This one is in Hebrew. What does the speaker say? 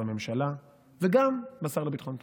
בממשלה, וגם בשר לביטחון פנים.